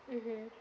mmhmm